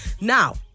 Now